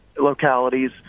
localities